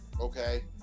Okay